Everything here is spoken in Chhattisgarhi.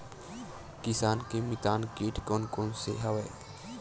किसान के मितान कीट कोन कोन से हवय?